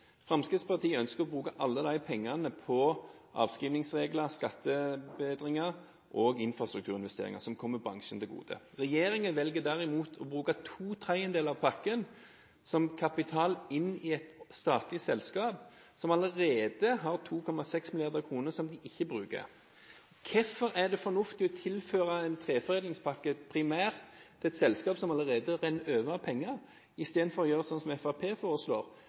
Fremskrittspartiet ønsker å bruke alle de pengene på avskrivningsregler, skatteforbedringer og infrastrukturinvesteringer som kommer bransjen til gode. Regjeringen velger derimot å bruke to tredjedeler av pakken som kapital inn i et statlig selskap som allerede har 2,6 mrd. kr som det ikke bruker. Hvorfor er det fornuftig å tilføre en treforedlingspakke primært til et selskap som allerede renner over av penger, i stedet for å gjøre sånn som Fremskrittspartiet foreslår: